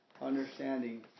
understanding